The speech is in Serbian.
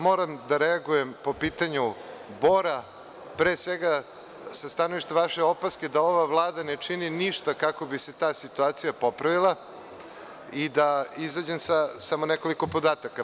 Moram da reagujem po pitanju Bora, a sa stanovišta vaše opaska da Vlada ne čini ništa kako bi se ta situacija popravila, i da izađem sa samo nekoliko podataka.